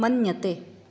मन्यते